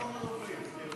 הוא לא אחרון הדוברים.